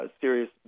serious